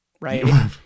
right